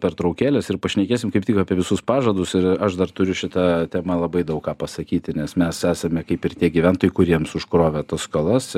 pertraukėlės ir pašnekėsim kaip tik apie visus pažadus ir aš dar turiu šita tema labai daug ką pasakyti nes mes esame kaip ir tie gyventojai kuriems užkrovė tas skolas